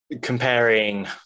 comparing